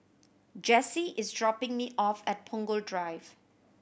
Jesse is dropping me off at Punggol Drive